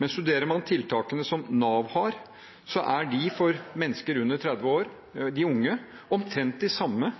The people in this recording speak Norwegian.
men studerer man tiltakene Nav har for mennesker under 30 år, de